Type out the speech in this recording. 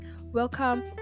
welcome